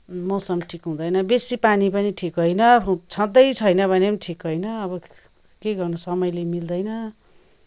मौसम ठिक हुँदैन बेसी पानी पनि ठिक होइन छँदै छैन भने पनि ठिक होइन अब के गर्नु समयले मिल्दैन